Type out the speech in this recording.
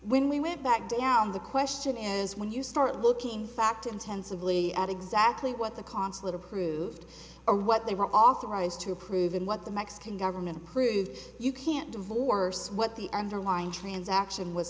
when we went back down the question is when you start looking fact intensively at exactly what the consulate approved or what they were authorized to approve in what the mexican government approved you can't divorce what the underlying transaction was